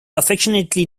affectionately